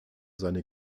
seine